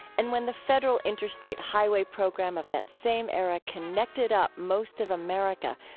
and when the federal interstate highway program of that same era connected up most of america,